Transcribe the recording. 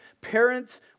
Parents